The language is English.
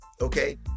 Okay